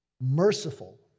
Merciful